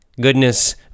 goodness